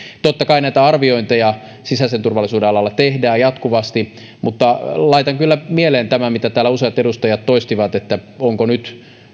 totta kai näitä arviointeja sisäisen turvallisuuden alalla tehdään jatkuvasti mutta laitan kyllä mieleen tämän mitä täällä useat edustajat toistivat että onko nyt